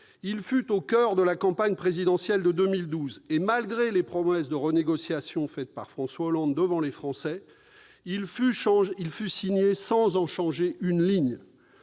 il fut au coeur de la campagne présidentielle de 2012 et, malgré les promesses de renégociation faites par François Hollande devant les Français, il fut signé sans qu'une ligne